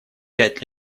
пять